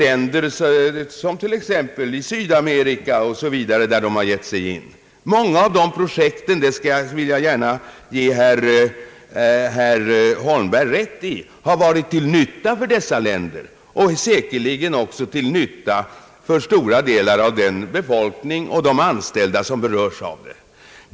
Många av de projekt i Sydamerika osv. som våra företag gett sig in i har varit till nytta, det vill jag gärna ge herr Holmberg rätt i, säkerligen också till nytta för stora delar av den befolkning och de anställda som berörts.